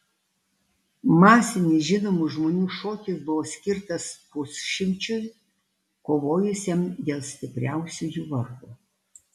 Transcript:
masinis žinomų žmonių šokis buvo skirtas pusšimčiui kovojusiam dėl stipriausiųjų vardo